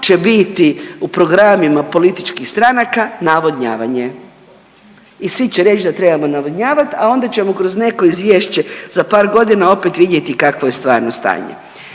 će biti u programima političkih stranaka navodnjavanje i svi će reći da trebamo navodnjavati, a onda ćemo kroz neko izvješće za par godina opet vidjeti kakvo je stvarno stanje.